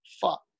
fuck